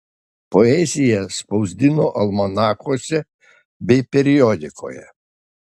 poeziją spausdino almanachuose bei periodikoje